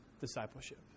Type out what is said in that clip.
discipleship